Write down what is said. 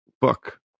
book